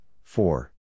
four